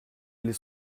les